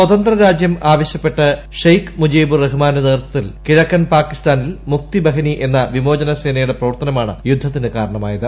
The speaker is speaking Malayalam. സ്വതന്ത്രരാജ്യം ആവശ്യപ്പെട്ട് ഷെയ്ഖ് മുജീബുർ റഹ്മാന്റെ നേതൃത്വത്തിൽ കിഴക്കൻ പാക്കിസ്ഥാനിൽ മുക്തിബ്ഹനി എന്ന വിമോചന സേനയുടെ പ്രവർത്തനമാണ് യുദ്ധത്തിന്റ് കാര്ണമായത്